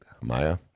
Maya